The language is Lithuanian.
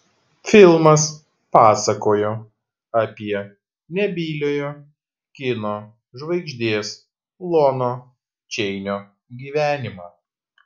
filmas pasakojo apie nebyliojo kino žvaigždės lono čeinio gyvenimą